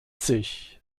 sich